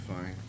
Fine